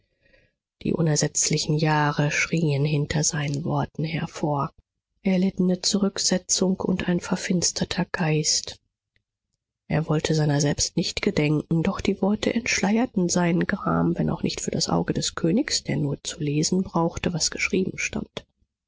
die unersetzlichen jahre schrien hinter seinen worten hervor erlittene zurücksetzung und ein verfinsterter geist er wollte seiner selbst nicht gedenken doch die worte entschleierten seinen gram wenn auch nicht für das auge des königs der nur zu lesen brauchte was geschrieben stand